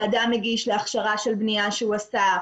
שאדם הגיש להכשרה של בנייה שהוא עשה,